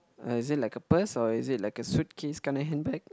ah is it like a purse or is it like a suitcase kind of handbag